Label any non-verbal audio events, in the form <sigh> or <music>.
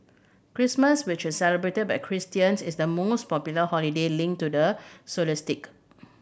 Christmas which is celebrated by Christians is the most popular holiday linked to the <unintelligible>